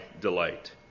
delight